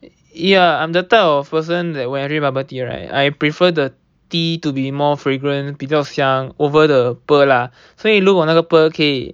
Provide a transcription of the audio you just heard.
ya I'm the type of person that when I drink bubble tea right I prefer the tea to be more fragrant 比较香 over the pearl lah 所以如果那个 pearl 可以